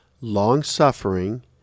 long-suffering